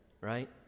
right